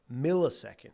millisecond